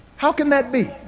how can that be?